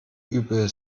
übel